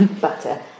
Butter